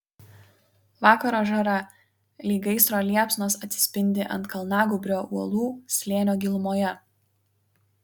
vakaro žara lyg gaisro liepsnos atsispindi ant kalnagūbrio uolų slėnio gilumoje